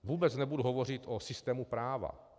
Vůbec nebudu hovořit o systému práva.